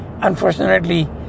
Unfortunately